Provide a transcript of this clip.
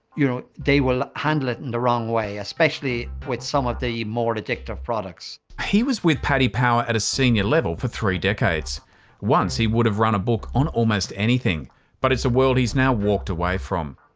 you know, they will handle it in the wrong way, especially with some of the more addictive products. he was with paddy power at a senior level for three decades once he would've run a book on almost anything but its a world he's now walked away from.